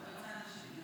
חברתי, שיש לה